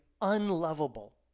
unlovable